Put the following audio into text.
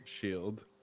shield